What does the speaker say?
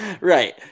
Right